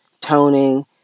toning